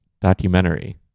documentary